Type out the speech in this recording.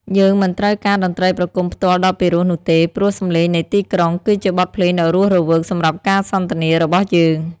យើងមិនត្រូវការតន្ត្រីប្រគំផ្ទាល់ដ៏ពិរោះនោះទេ ព្រោះសម្លេងនៃទីក្រុង គឺជាបទភ្លេងដ៏រស់រវើកសម្រាប់ការសន្ទនារបស់យើង។